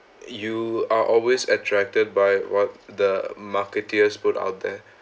you are always attracted by what the marketeers put out there